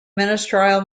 ministerial